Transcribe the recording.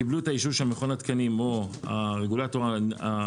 קיבלו את האישור של מכון התקנים או הרגולטור הרלוונטי,